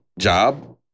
job